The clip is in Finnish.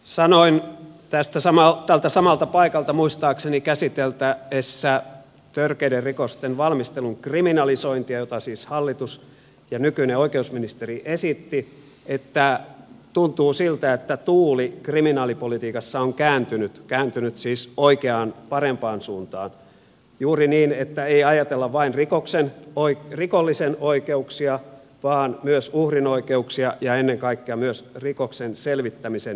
sanoin tältä samalta paikalta muistaakseni käsiteltäessä törkeiden rikosten valmistelun kriminalisointia jota siis hallitus ja nykyinen oikeusministeri esittivät että tuntuu siltä että tuuli kriminaalipolitiikassa on kääntynyt kääntynyt siis oikeaan parempaan suuntaan juuri niin että ei ajatella vain rikollisen oikeuksia vaan myös uhrin oikeuksia ja ennen kaikkea myös rikoksen selvittämisen intressiä